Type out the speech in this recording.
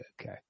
okay